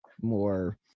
more